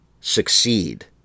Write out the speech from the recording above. succeed